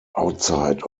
outside